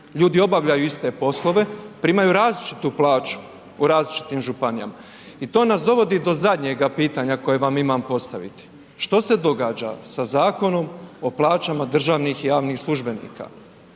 ljudi obavljaju iste poslove, primaju različitu plaću u različitim županijama. I to nas dovodi do zadnjega pitanja koje vam imam postaviti, što se događa sa Zakonom o plaćama državnih i javnih službenika?